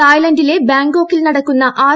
തായ്ലന്റിലെ ബാങ്കോക്കിൽ നടക്കുന്ന ആർ